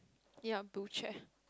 ya blue chair